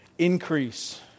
increase